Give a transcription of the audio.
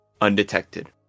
Undetected